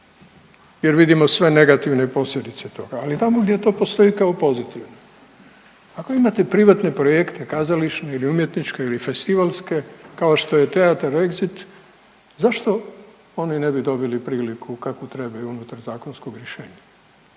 jer vidimo sve negativne posljedice toga, ali tamo gdje to postoji kao pozitivno. Ako imate privatne projekte kazališne ili umjetničke ili festivalske kao što je Teatar Exit zašto oni ne bi dobili priliku kakvu trebaju unutar zakonskog rješenja,